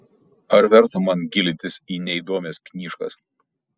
ar verta man gilintis į neįdomias knyžkas